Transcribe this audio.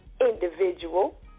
individual